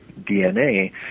DNA